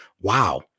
wow